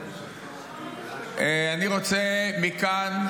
אני רוצה מכאן,